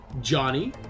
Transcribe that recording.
Johnny